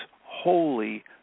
wholly